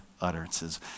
utterances